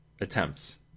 Attempts